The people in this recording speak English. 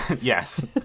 Yes